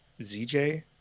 ZJ